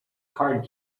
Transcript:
card